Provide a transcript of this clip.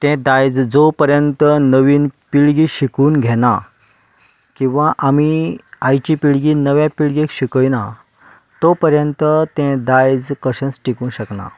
तें दायज जो पर्यंत नवीन पिळगी शिकून घेना किंवा आमी आयची पिळगी नव्या पिळगेक शिकयना तो पर्यंत तें दायज कशेंच टिकूंक शकना